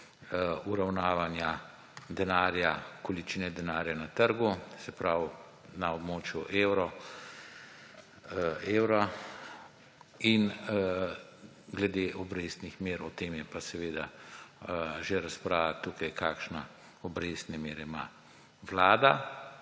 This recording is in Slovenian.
uravnavanja količine denarja na trgu, se pravi na območju evra, in glede obrestnih mer. O tem je pa seveda že razprava tukaj, kakšne obrestne mere ima Vlada;